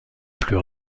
plus